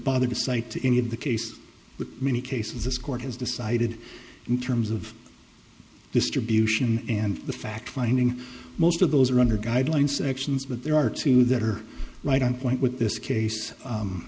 bother to cite any of the case with many cases this court has decided in terms of distribution and the fact finding most of those are under guidelines actions but there are two that are right on point with this case